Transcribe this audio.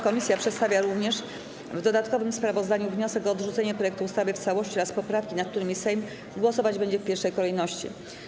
Komisja przedstawia również w dodatkowym sprawozdaniu wniosek o odrzucenie projektu ustawy w całości oraz poprawki, nad którymi Sejm głosować będzie w pierwszej kolejności.